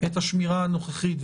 את השמירה הנוכחית.